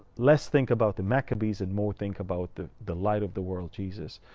less think about the maccabees and more think about the the light of the world, jesus.